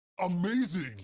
Amazing